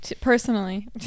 personally